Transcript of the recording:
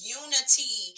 unity